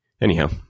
Anyhow